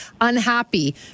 unhappy